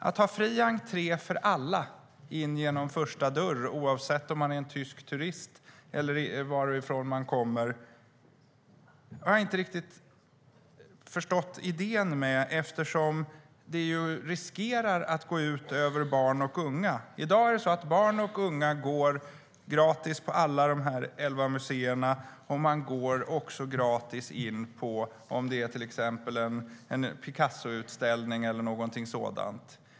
Att ha fri entré för alla in genom den första dörren, oavsett om man är en tysk turist eller varifrån man nu kommer, har jag inte riktigt förstått idén med, eftersom det riskerar att gå ut över barn och unga. I dag går barn och unga går gratis på alla dessa elva museer, och man går också gratis in på till exempel en Picassoutställning eller någonting sådant.